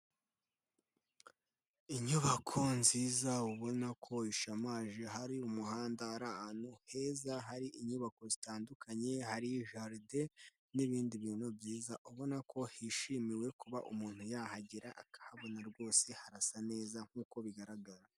Inyubako nziza ubona ko ishamaje, hari umuhanda, hari ahantu heza, hari inyubako zitandukanye, hari jalide n'ibindi bintu byiza, ubona ko hishimiwe kuba umuntu yahagera, akahabona rwose, harasa neza nk'uko bigaragara.